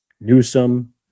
Newsom